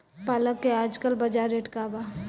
पालक के आजकल बजार रेट का बा?